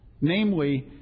Namely